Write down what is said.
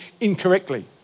incorrectly